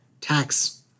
tax